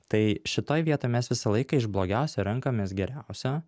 tai šitoj vietoj mes visą laiką iš blogiausio renkamės geriausią